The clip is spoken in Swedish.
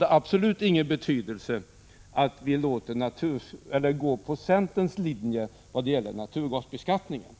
absolut inte har någon betydelse om vi går på centerns linje vad gäller naturgasbeskattningen.